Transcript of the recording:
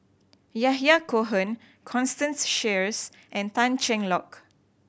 Yahya Cohen Constance Sheares and Tan Cheng Lock